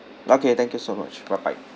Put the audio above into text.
okay thank you so much bye bye